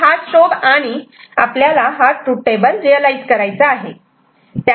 तेव्हा हा स्ट्रोब आणि आपल्याला तृथ टेबल रियलायझ करायचा आहे